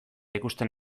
ikusten